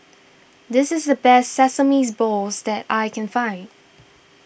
this is the best Sesames Balls that I can find